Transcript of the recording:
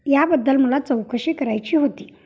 याबद्दल मला चौकशी करायची होती